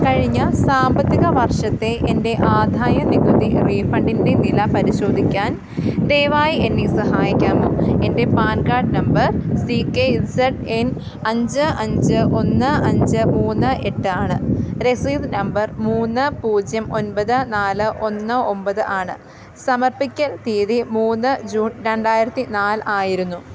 കഴിഞ്ഞ സാമ്പത്തിക വർഷത്തെ എൻ്റെ ആദായനികുതി റീഫണ്ടിൻ്റെ നില പരിശോധിക്കാൻ ദയവായി എന്നെ സഹായിക്കാമോ എൻ്റെ PAN card number C K Z N അഞ്ച് അഞ്ച് ഒന്ന് അഞ്ച് മൂന്ന് എട്ട് ആണ് രസീത് നമ്പർ മൂന്ന് പൂജ്യം ഒൻപത് നാല് ഒന്ന് ഒമ്പത് ആണ് സമർപ്പിക്കൽ തീയതി മൂന്ന് ജൂൺ രണ്ടായിരത്തി നാൽ ആയിരുന്നു